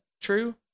true